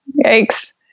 yikes